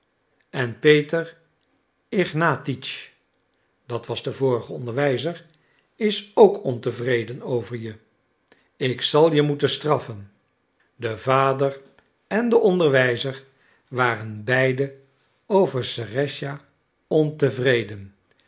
en peter ignatitsch dat was de vorige onderwijzer is ook ontevreden over je ik zal je moeten straffen de vader en de onderwijzer waren beide over serëscha ontevreden